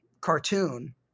cartoon